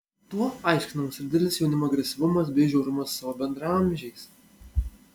tuo aiškinamas ir didelis jaunimo agresyvumas bei žiaurumas su savo bendraamžiais